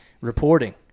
reporting